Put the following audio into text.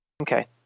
Okay